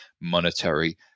monetary